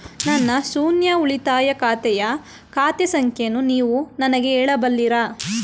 ನನ್ನ ಶೂನ್ಯ ಉಳಿತಾಯ ಖಾತೆಯ ಖಾತೆ ಸಂಖ್ಯೆಯನ್ನು ನೀವು ನನಗೆ ಹೇಳಬಲ್ಲಿರಾ?